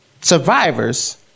survivors